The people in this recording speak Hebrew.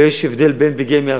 ויש הבדל בין ביגמיה,